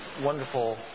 wonderful